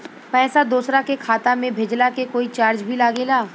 पैसा दोसरा के खाता मे भेजला के कोई चार्ज भी लागेला?